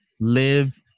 live